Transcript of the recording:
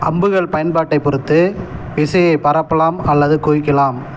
அம்புகள் பயன்பாட்டைப் பொறுத்து இசையை பரப்பலாம் அல்லது குவிக்கலாம்